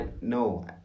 no